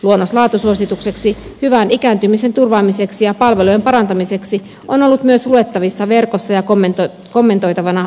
luonnos laatusuositukseksi hyvän ikääntymisen turvaamiseksi ja palvelujen parantamiseksi on ollut myös luettavissa verkossa ja kommentoitavana otakantaa